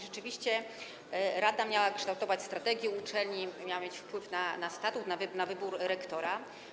Rzeczywiście, rada miała kształtować strategię uczelni, miała mieć wpływ na statut, na wybór rektora.